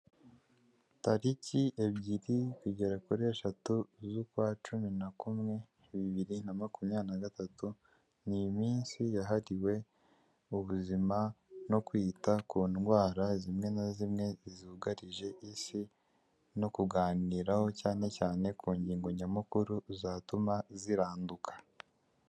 Tariki ebyiri kugera kuri eshatu z'ukwa cumi na kumwe, bibiri na makumyabiri na gatatu, ni iminsi yahariwe ubuzima no kwita ku ndwara zimwe na zimwe zugarije isi no kuganiraho cyane cyane ku ngingo nyamukuru zatuma ziranduka.